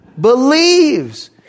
believes